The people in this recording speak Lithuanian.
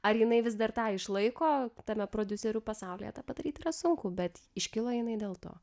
ar jinai vis dar tą išlaiko tame prodiuserių pasaulyje tą padaryt yra sunku bet iškilo jinai dėl to